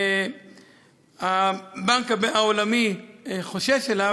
הבנק העולמי חושש ממנו,